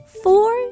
four